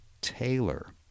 Taylor